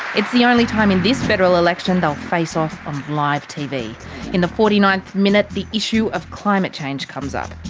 it's the only time in this federal election they will face off on live tv in the forty ninth minute, the issue of climate change comes up.